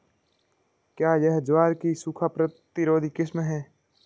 क्या यह ज्वार की सूखा प्रतिरोधी किस्म है?